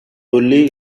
bully